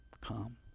come